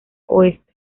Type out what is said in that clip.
oeste